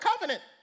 Covenant